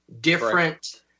different